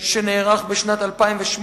שנערך בשנת 2008,